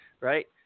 right